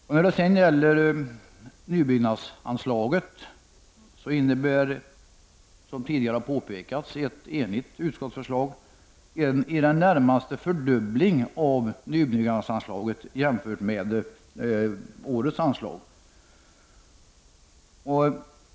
Ett enigt utskottsförslag innebär också i det närmaste en fördubbling av nybyggnadsanslaget jämfört med årets anslag.